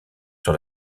sur